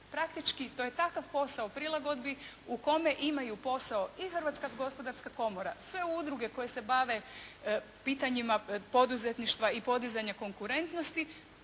Praktički to je takav posao prilagodbi u kome imaju posao i Hrvatska gospodarska komora, sve udruge koje se bave pitanjima poduzetništva i podizanja konkurentnosti,